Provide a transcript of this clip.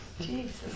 Jesus